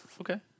Okay